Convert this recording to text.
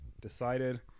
decided